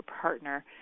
partner